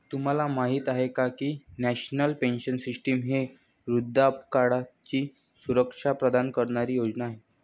तुम्हाला माहिती आहे का की नॅशनल पेन्शन सिस्टीम ही वृद्धापकाळाची सुरक्षा प्रदान करणारी योजना आहे